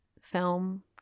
film